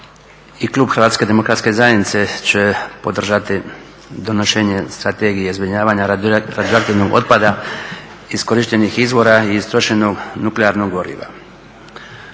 I klub HDZ-a će podržati donošenje strategije zbrinjavanja radioaktivnog otpada iskorištenih izvora i istrošenog nuklearnog goriva